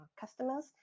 customers